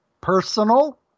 personal